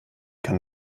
kann